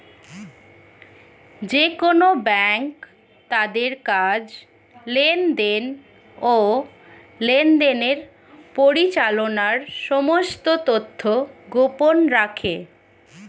যেকোন ব্যাঙ্ক তাদের কাজ, লেনদেন, ও লেনদেনের পরিচালনার সমস্ত তথ্য গোপন রাখে